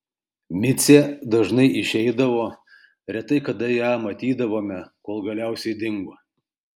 micė dažnai išeidavo retai kada ją matydavome kol galiausiai dingo